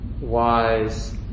wise